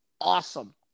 awesome